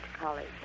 College